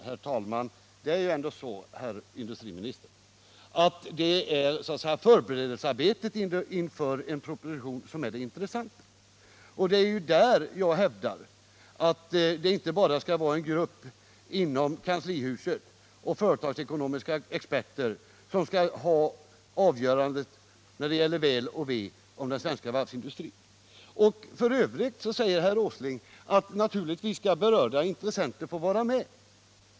Herr talman! Det är ändå, herr industriminister, förberedelsearbetet Om åtgärder för att inför en proposition som är det intressanta. Jag hävdar att det inte bara — förhindra nedläggskall vara en grupp av personer inom kanslihuset och företagsekonomiska = ning av Arendalsexperter som skall ha avgörandet när det gäller den svenska varvsin = varvet, m.m. dustrins väl och ve. Herr Åsling säger att berörda intressenter naturligtvis skall få vara med i detta arbete.